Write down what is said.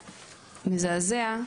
מזעזע,